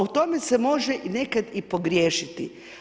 U tome se može i nekad pogriješiti.